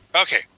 Okay